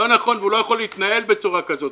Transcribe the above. לא נכון ולא יכול להתנהל בצורה כזאת.